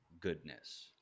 goodness